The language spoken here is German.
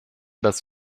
dass